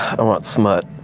i want smut.